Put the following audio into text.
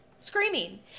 Screaming